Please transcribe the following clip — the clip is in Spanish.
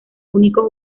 único